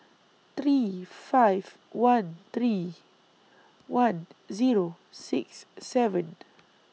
three five one three one Zero six seven